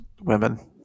women